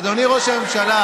אדוני ראש הממשלה,